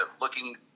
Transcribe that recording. looking